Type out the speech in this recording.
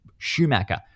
Schumacher